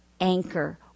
Anchor